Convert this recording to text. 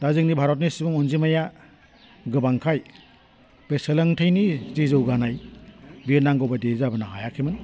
दा जोंनि भारतनि सुबुं अनजिमाया गोबांखाय बे सोलोंथायनि जि जौगानाय बेयो नांगौबायदियै जाबोनो हायाखैमोन